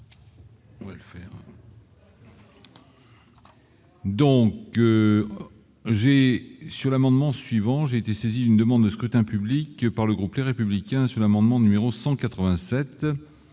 n'a pas adopté. Donc j'ai sur l'amendement suivant, j'ai été saisi d'une demande de scrutin public par le groupe, les républicains sur l'amendement numéro 187